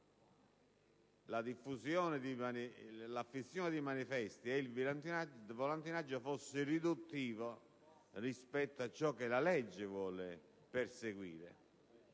l'affissione di manifesti e il volantinaggio, fosse riduttivo rispetto all'obiettivo che la legge vuole perseguire.